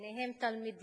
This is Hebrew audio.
ביניהם תלמידים,